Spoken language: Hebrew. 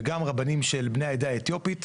וגם רבנים של בני העדה האתיופית.